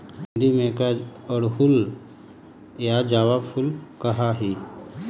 हिंदी में एकरा अड़हुल या जावा फुल कहा ही